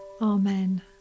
Amen